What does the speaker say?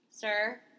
sir